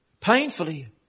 painfully